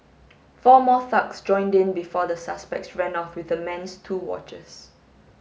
four more thugs joined in before the suspects ran off with the man's two watches